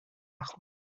machen